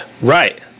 Right